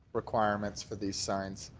requirements for these signs.